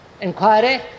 inquiry